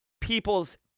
people's